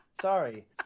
Sorry